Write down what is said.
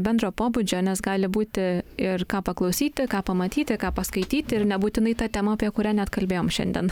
bendro pobūdžio nes gali būti ir ką paklausyti ką pamatyti ką paskaityti ir nebūtinai ta tema apie kurią net kalbėjom šiandien